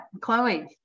Chloe